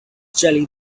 jelly